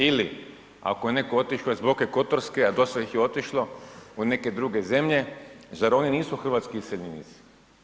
Ili ako je netko otišao iz Boke kotorske a do sad ih je otišlo u neke druge zemlje, zar oni nisu hrvatski iseljenici?